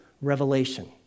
Revelation